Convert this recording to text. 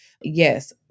Yes